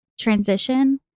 transition